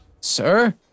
sir